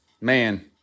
man